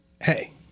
hey